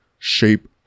shape